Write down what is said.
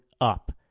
up